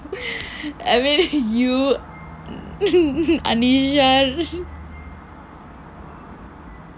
I mean you anisha